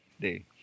day